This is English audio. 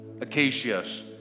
Acacias